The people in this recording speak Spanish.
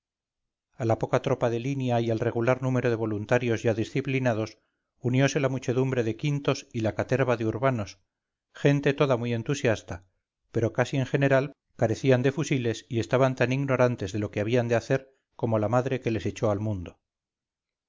a la poca tropa de línea y al regular número de voluntarios ya disciplinados uniose la muchedumbre de quintos y la caterva de urbanos gente toda muy entusiasta pero casi en general carecían de fusiles y estaban tan ignorantes de lo que habían de hacer como la madre que les echó al mundo